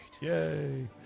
Yay